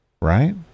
Right